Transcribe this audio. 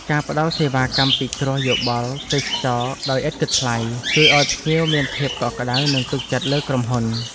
ការផ្តល់សេវាកម្មពិគ្រោះយោបល់ទេសចរណ៍ដោយឥតគិតថ្លៃ ជួយឱ្យភ្ញៀវមានភាពកក់ក្តៅនិងទុកចិត្តលើក្រុមហ៊ុន។